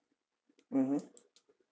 mmhmm